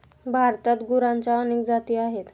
भारतात गुरांच्या अनेक जाती आहेत